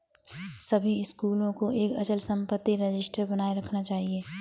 सभी स्कूलों को एक अचल संपत्ति रजिस्टर बनाए रखना चाहिए